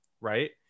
right